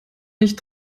nicht